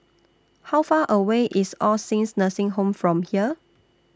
How Far away IS All Saints Nursing Home from here